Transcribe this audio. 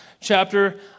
chapter